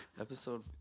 Episode